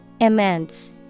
Immense